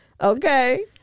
Okay